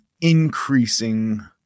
increasing